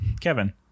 kevin